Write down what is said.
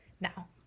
now